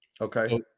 Okay